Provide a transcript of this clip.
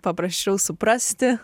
paprasčiau suprasti